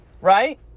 right